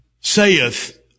saith